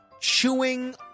chewing